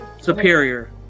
superior